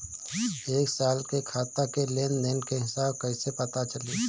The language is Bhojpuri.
एक साल के खाता के लेन देन के हिसाब कइसे पता चली?